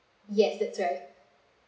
yes that's right